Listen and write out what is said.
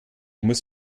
muss